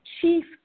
Chief